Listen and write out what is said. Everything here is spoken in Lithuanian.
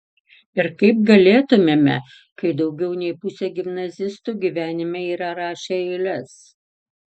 ir kaip galėtumėme kai daugiau nei pusė gimnazistų gyvenime yra rašę eiles